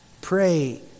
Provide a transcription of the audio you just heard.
Pray